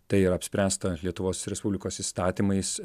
tai yra apspręsta lietuvos respublikos įstatymais